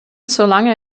solange